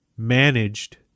managed